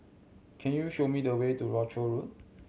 can you show me the way to Rochor Road